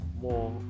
more